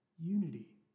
Unity